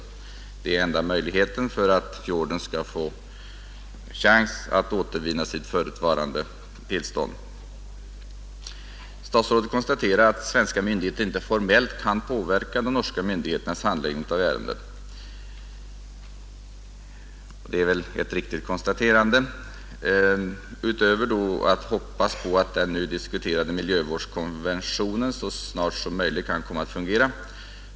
Detta är den enda möjligheten, om fjorden skall få chans att återvinna sitt förutvarande tillstånd. Statsrådet konstaterar att svenska myndigheter inte formellt kan påverka de norska myndigheternas handläggning av ärendet, och det är väl ett riktigt konstaterande. Jag hoppas naturligtvis att den nu diskuterade miljövårdskonventionen så snart som möjligt skall komma att fungera.